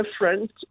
different